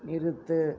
நிறுத்து